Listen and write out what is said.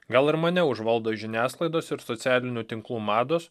gal ir mane užvaldo žiniasklaidos ir socialinių tinklų mados